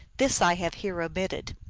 this i have here omitted.